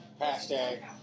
Hashtag